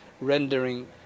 rendering